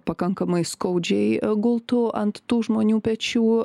pakankamai skaudžiai gultų ant tų žmonių pečių